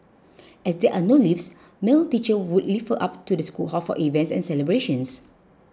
as there are no lifts male teachers would lift her up to the school hall for events and celebrations